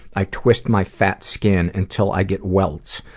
i twist my fat skin until i get welts.